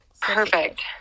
Perfect